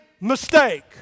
mistake